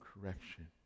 correction